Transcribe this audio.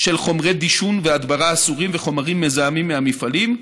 של חומרי דישון והדברה אסורים וחומרים מזהמים מהמפעלים,